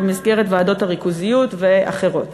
במסגרת ועדות הריכוזיות ואחרות.